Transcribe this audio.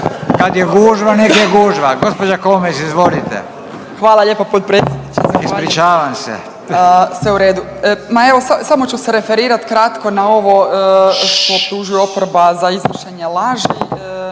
Kad je gužva, nek je gužva. Gospođa Komes, izvolite./… Hvala lijepo potpredsjedniče. …/Upadica Radin: Ispričavam se./… Sve u redu. Ma evo samo ću se referirati kratko na ovo što optužuje oporba za iznošenje laži.